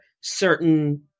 certain